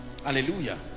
Hallelujah